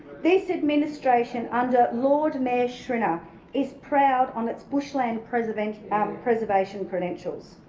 this administration under lord mayor schrinner is proud on its bushland preservation preservation credentials.